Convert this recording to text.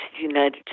United